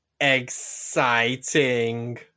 exciting